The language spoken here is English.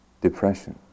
depression